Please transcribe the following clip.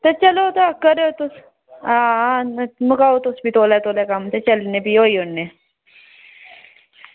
ते चलेओ ते करेओ इत्त आं ते मुकाओ तुस कम्म ते इत्त अस तौले तौले होई औन्ने आं